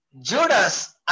Judas